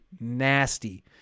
nasty